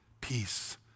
peace